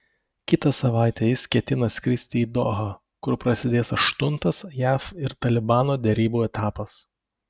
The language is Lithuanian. kitą savaitę jis ketina skristi į dohą kur prasidės aštuntas jav ir talibano derybų etapas